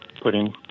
putting